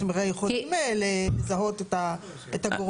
אתם יכולים לזהות את הגורמים.